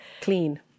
clean